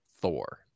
Thor